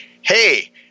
Hey